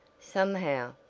somehow,